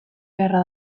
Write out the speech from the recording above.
beharra